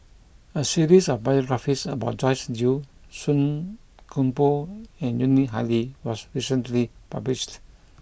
a series of biographies about Joyce Jue Song Koon Poh and Yuni Hadi was recently published